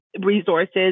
resources